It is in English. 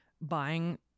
buying